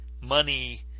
money